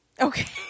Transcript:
Okay